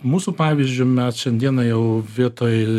mūsų pavyzdžiu mes šiandieną jau vietoj